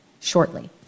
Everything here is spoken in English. shortly